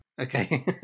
Okay